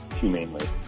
humanely